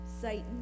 Satan